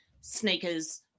sneakers